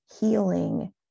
healing